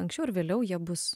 anksčiau ar vėliau jie bus